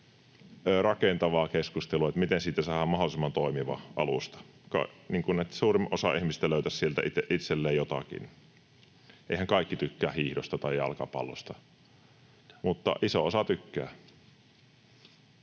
rakentavaa keskustelua siitä, miten siitä saadaan mahdollisimman toimiva alusta, niin että suurin osa ihmisistä löytäisi sieltä itselleen jotakin. Eiväthän kaikki tykkää hiihdosta tai jalkapallosta, mutta iso osa tykkää.